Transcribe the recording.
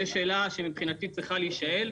זאת שאלה שצריכה להישאל,